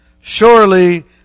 Surely